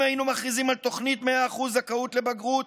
אם היינו מכריזים על תוכנית 100% זכאות לבגרות